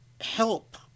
help